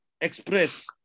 express